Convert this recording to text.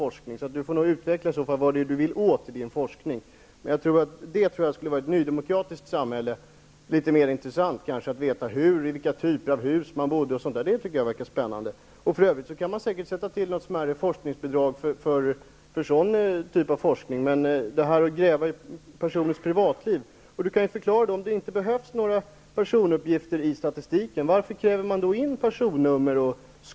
Per Olof Håkansson får nog utveckla vad han vill åt med sin forskning. I ett nydemokratiskt samhälle skulle det vara litet mer intressant att veta hur och i vilka typer av hus man bodde. Det verkar spännande. För övrigt kan man anslå ett smärre forskningsbidrag för sådan typ av forskning i stället för att gräva i personers privatliv. Om det inte behövs några personuppgifter i statistiken -- varför kräver man då in personnummer?